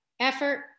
effort